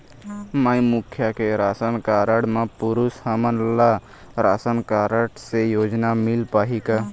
माई मुखिया के ration card म पुरुष हमन ला राशन कारड से योजना मिल पाही का?